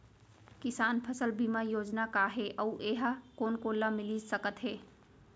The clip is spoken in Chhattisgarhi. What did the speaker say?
किसान फसल बीमा योजना का हे अऊ ए हा कोन कोन ला मिलिस सकत हे?